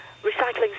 recycling